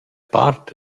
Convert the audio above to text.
part